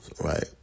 right